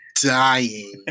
dying